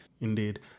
indeed